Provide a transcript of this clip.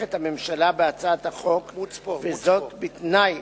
הממשלה תומכת בהצעת החוק, וזאת בתנאי